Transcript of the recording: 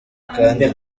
kandi